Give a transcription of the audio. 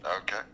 Okay